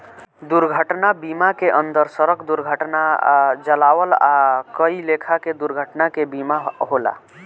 दुर्घटना बीमा के अंदर सड़क दुर्घटना आ जलावल आ कई लेखा के दुर्घटना के बीमा होला